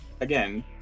again